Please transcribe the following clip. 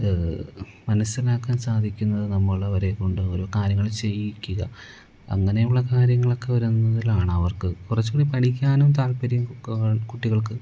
മനസ്സിലാക്കാൻ സാധിക്കുന്നത് നമ്മൾ അവരെക്കൊണ്ട് ഓരോ കാര്യങ്ങൾ ചെയ്യിക്കുക അങ്ങനെയുള്ള കാര്യങ്ങളൊക്കെ വരുന്നതിലാണ് അവർക്ക് കുറച്ചും കൂടി പഠിക്കാനും താൽപ്പര്യം ക് കുട്ടികൾക്ക്